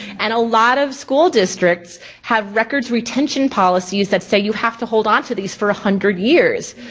and a lot of school districts have records retention policies that say you have to hold on to these for a hundred years.